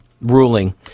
ruling